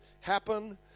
happen